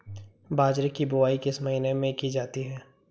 बाजरे की बुवाई किस महीने में की जाती है?